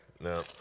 No